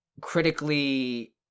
critically